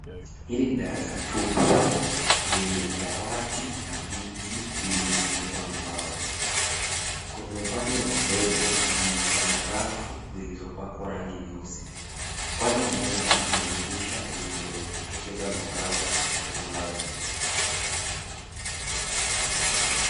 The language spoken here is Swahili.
Hii ni darasa tupu lenye dawati na viti vilivyotegenezwa na mbao. Kwenye upande wa mbele na nyuma kuna rafu zilizopakwa rangi nyeusi. Upande mmoja una dirisha zinazotokeza mwangaza wazi wazi.